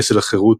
פסל החירות,